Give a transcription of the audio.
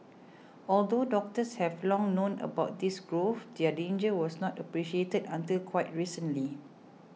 although doctors have long known about these growths their danger was not appreciated until quite recently